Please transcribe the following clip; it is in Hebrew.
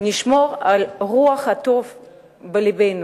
שנשמור על רוח הטוב בלבנו,